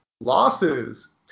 Losses